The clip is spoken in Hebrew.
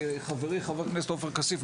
חברי חבר הכנסת עופר כסיף,